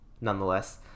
nonetheless